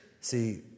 See